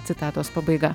citatos pabaiga